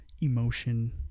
emotion